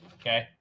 okay